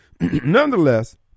Nonetheless